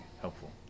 helpful